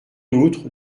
outre